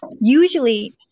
usually